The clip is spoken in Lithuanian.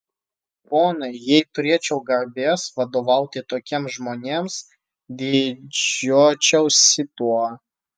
ponai jei turėčiau garbės vadovauti tokiems žmonėms didžiuočiausi tuo